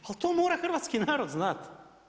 Al to mora hrvatski narod znati.